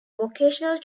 vocational